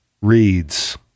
reads